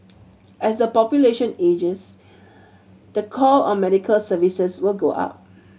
as the population ages the call on medical services will go up